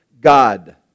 God